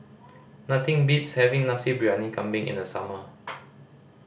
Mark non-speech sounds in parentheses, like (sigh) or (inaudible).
nothing beats having Nasi Briyani Kambing in the summer (noise)